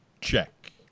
Check